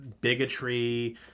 bigotry